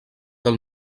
del